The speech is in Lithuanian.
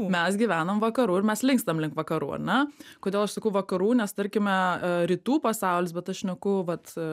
mes gyvenam vakarų ir mes linkstam link vakarų ar ne kodėl aš sakau vakarų nes tarkime rytų pasaulis bet aš šneku vat